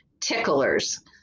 ticklers